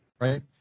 Right